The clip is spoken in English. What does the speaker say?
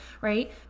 right